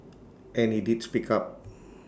and he did speak up